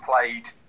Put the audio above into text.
played